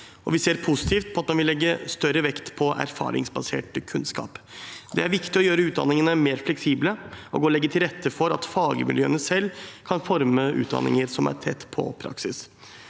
vi ser positivt på at man vil legge større vekt på erfaringsbasert kunnskap. Det er viktig å gjøre utdanningene mer fleksible og å legge til rette for at fagmiljøene selv kan forme utdanninger som er tett på praksis.